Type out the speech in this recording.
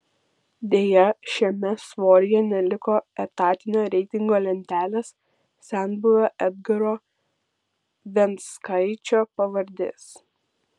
deja šiame svoryje neliko etatinio reitingo lentelės senbuvio edgaro venckaičio pavardės